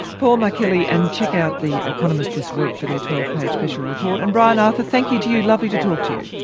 paul markillie. and check out the economist this week for their twelve page special report. and brian arthur, thank you to you lovely to talk to you.